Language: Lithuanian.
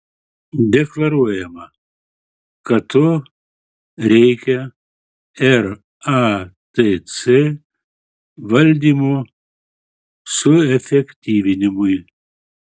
deklaruojama kad to reikia ratc valdymo suefektyvinimui